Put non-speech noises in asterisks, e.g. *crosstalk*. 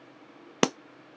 *noise*